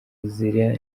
nzira